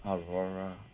aurora